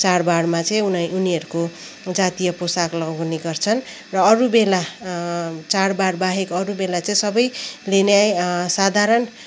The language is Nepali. चाडबाडमा चाहिँ उनै उनीहरूको जातीय पोसाक लगाउने गर्छन् र अरू बेला चाडबाड बाहेक अरू बेला चाहिँ सबैले नै साधारण